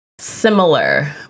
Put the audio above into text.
Similar